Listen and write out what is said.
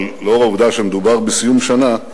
אבל לאור העובדה שמדובר בסיום שנה,